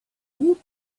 woot